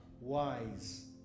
wise